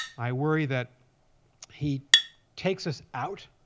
i worry that he takes us out